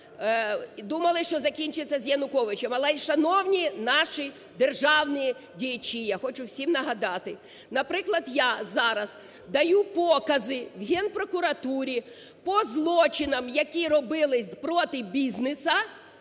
думали, що закінчиться з Януковичем. Але, шановні наші державні діячі, я хочу всім нагадати, наприклад, я зараз даю покази в Генпрокуратурі по злочинам, які робились проти бізнесу